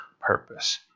purpose